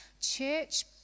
church